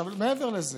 עכשיו, אני מעבר לזה: